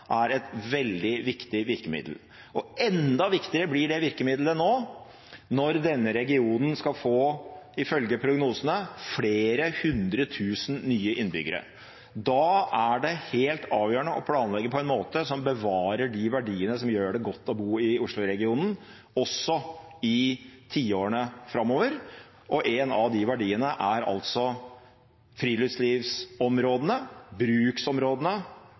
er et veldig viktig virkemiddel. Og enda viktigere blir det virkemidlet nå, når denne regionen skal få – ifølge prognosene – flere hundre tusen nye innbyggere. Da er det helt avgjørende å planlegge på en måte som bevarer de verdiene som gjør det godt å bo i Oslo-regionen, også i tiårene framover, og en av de verdiene er altså friluftslivsområdene, bruksområdene